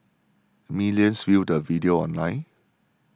millions viewed the video online